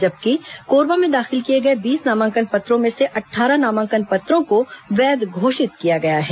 जबकि कोरबा में दाखिल किए गए बीस नामांकन पत्रों में से अट्ठारह नामांकन पत्रों को वैध घोषित किया गया है